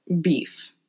beef